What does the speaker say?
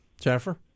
Jennifer